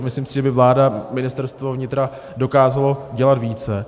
Myslím si, že by vláda, Ministerstvo vnitra dokázalo dělat více.